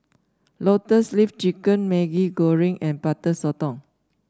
Lotus Leaf Chicken Maggi Goreng and Butter Sotong